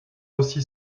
aussi